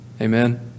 Amen